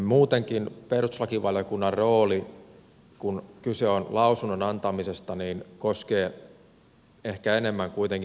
muutenkin perustuslakivaliokunnan rooli kun kyse on lausunnon antamisesta koskee ehkä enemmän kuitenkin käsittelyjärjestystä